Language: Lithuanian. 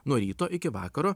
nuo ryto iki vakaro